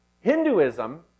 Hinduism